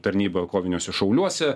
tarnyba koviniuose šauliuose